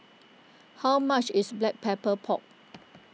how much is Black Pepper Pork